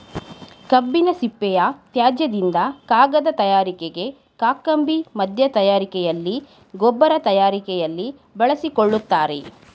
ಕಬ್ಬಿನ ಸಿಪ್ಪೆಯ ತ್ಯಾಜ್ಯದಿಂದ ಕಾಗದ ತಯಾರಿಕೆಗೆ, ಕಾಕಂಬಿ ಮಧ್ಯ ತಯಾರಿಕೆಯಲ್ಲಿ, ಗೊಬ್ಬರ ತಯಾರಿಕೆಯಲ್ಲಿ ಬಳಸಿಕೊಳ್ಳುತ್ತಾರೆ